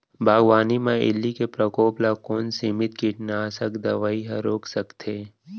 बागवानी म इल्ली के प्रकोप ल कोन सीमित कीटनाशक दवई ह रोक सकथे?